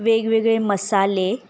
वेगवेगळे मसाले